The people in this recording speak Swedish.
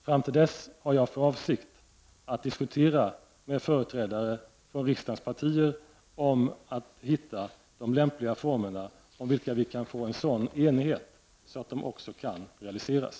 Fram till dess har jag för avsikt att diskutera med företrädare för riksdagens partier för att finna lämpliga former om vilka vi kan nå en sådan enighet att de kan realiseras.